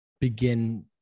begin